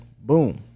boom